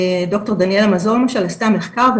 דוקטור דניאל מזור למשל עשתה מחקר,